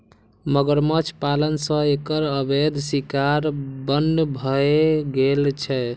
मगरमच्छ पालन सं एकर अवैध शिकार बन्न भए गेल छै